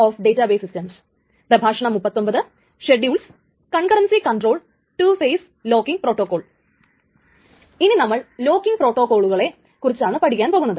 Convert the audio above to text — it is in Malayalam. നമ്മൾ ഇനി ലോക്കിങ് പ്രോട്ടോകോളുകളെ കുറിച്ചാണ് പഠിക്കാൻ പോകുന്നത്